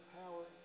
power